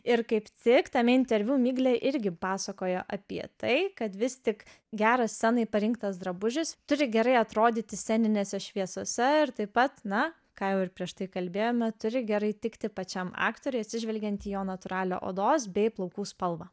ir kaip tik tame interviu miglė irgi pasakojo apie tai kad vis tik geras scenai parinktas drabužis turi gerai atrodyti sceninėse šviesose ir taip pat na ką jau ir prieš tai kalbėjome turi gerai tikti pačiam aktoriui atsižvelgiant į jo natūralią odos bei plaukų spalvą